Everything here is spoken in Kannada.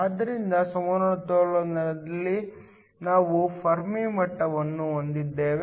ಆದ್ದರಿಂದ ಸಮತೋಲನದಲ್ಲಿ ನಾನು ಫೆರ್ಮಿ ಮಟ್ಟವನ್ನು ಹೊಂದಿದ್ದೇನೆ